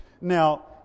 Now